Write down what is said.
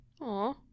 Aw